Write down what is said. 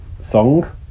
song